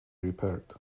repaired